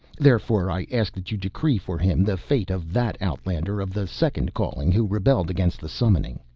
therefore i ask that you decree for him the fate of that outlander of the second calling who rebelled against the summoning.